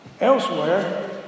elsewhere